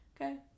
okay